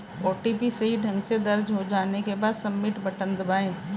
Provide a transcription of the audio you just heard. OTP सही ढंग से दर्ज हो जाने के बाद, सबमिट बटन दबाएं